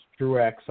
Truex